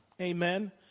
Amen